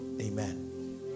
Amen